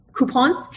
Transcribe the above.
Coupons